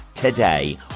Today